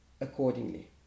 accordingly